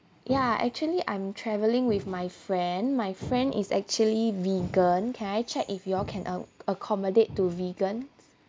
ya actually I'm travelling with my friend my friend is actually vegan can I check if you'll can ac~ accommodate to vegan